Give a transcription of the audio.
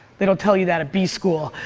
they don't tell you that at b school,